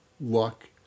luck